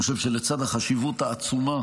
לצד החשיבות העצומה